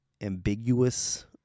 ambiguous